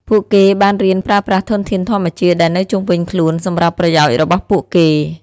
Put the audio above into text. ពួកគេបានរៀនប្រើប្រាស់ធនធានធម្មជាតិដែលនៅជុំវិញខ្លួនសម្រាប់ប្រយោជន៍របស់ពួកគេ។